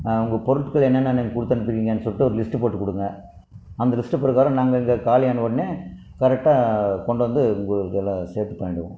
உங்கள் பொருட்கள் என்னென்னனு கொடுத்து அனுப்பி இருக்கீங்கனு சொல்லிட்டு ஒரு லிஸ்ட்டு போட்டுக் கொடுங்க அந்த லிஸ்ட்டு பிரகாரம் நாங்கள் இங்கே காலியானவுடனே கரெக்ட்டாக கொண்டுவந்து உங்கள் இதெலாம் சேப்டி பண்ணிவிடுவோம்